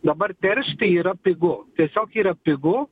dabar teršti yra pigu tiesiog yra pigu